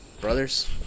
Brothers